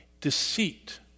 Deceit